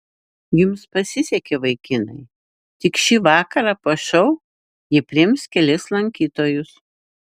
jums pasisekė vaikinai tik šį vakarą po šou ji priims kelis lankytojus